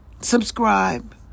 subscribe